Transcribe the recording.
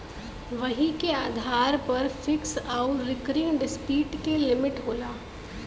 वही के आधार पर फिक्स आउर रीकरिंग डिप्सिट के लिमिट होला